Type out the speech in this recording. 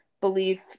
belief